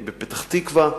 בפתח-תקווה,